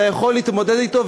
אתה יכול להתמודד אתו,